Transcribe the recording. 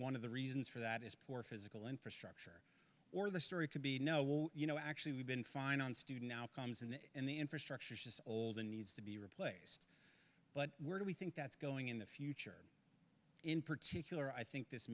one of the reasons for that is poor physical infrastructure or the story could be no you know actually we've been fine on student outcomes and the infrastructure is just old and needs to be replaced but where do we think that's going in the future in particular i think this